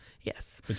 Yes